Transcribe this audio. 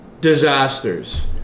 disasters